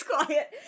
quiet